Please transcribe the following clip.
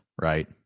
right